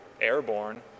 airborne